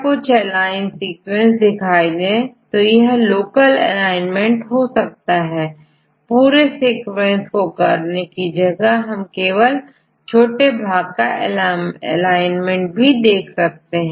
पूरे सीक्वेंस को करने की जगह हम केवल छोटे भाग का एलाइनमेंट देख सकते हैं पूरे सीक्वेंस को करने की जगह हम केवल छोटे भाग का एलाइनमेंट देख सकते हैं